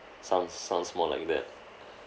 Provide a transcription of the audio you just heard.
sounds sounds more like that